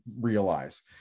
realize